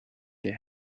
they